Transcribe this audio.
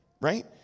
right